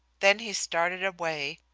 then he started away,